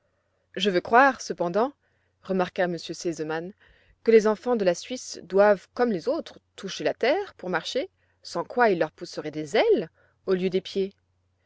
je veux croire cependant remarqua m r sesemann que les enfants de la suisse doivent comme les autres toucher la terre pour marcher sans quoi il leur pousserait des ailes au lieu de pieds